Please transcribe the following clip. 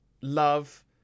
love